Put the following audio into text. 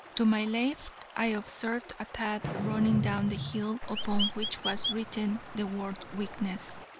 to my left i observed a path running down the hill upon which was written the word weakness.